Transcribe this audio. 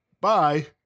Bye